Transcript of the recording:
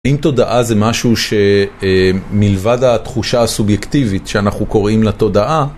האם תודעה זה משהו שמלבד התחושה הסובייקטיבית שאנחנו קוראים לה תודעה